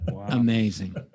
amazing